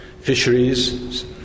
Fisheries